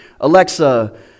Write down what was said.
Alexa